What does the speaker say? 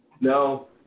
no